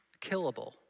killable